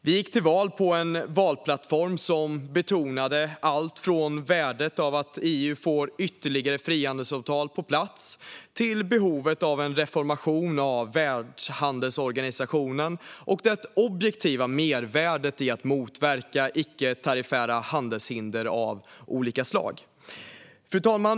Vi gick till val på en valplattform som betonade allt från värdet av att EU får ytterligare frihandelsavtal på plats till behovet av en reformation av Världshandelsorganisationen och det objektiva mervärdet i att motverka icke-tariffära handelshinder av olika slag. Fru talman!